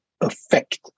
affect